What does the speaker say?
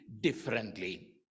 differently